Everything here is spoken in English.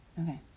Okay